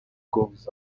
goes